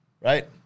Right